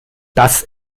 das